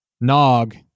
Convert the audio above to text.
nog